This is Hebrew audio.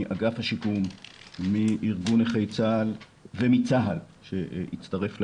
מאגף השיקום ומארגוני נכי צה"ל ומצה"ל שהצטרף לעניין.